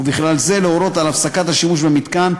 ובכלל זה להורות על הפסקת השימוש במתקן,